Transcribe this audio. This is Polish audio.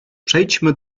przejdźmy